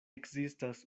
ekzistas